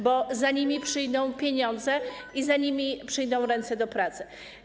Bo za nimi przyjdą pieniądze i za nimi przyjdą ręce do pracy.